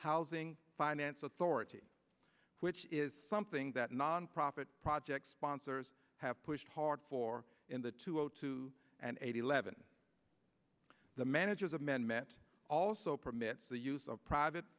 housing finance authority which is something that nonprofit project sponsors have pushed hard for in the two zero two and eighty eleven the manager's amendment also permits the use of private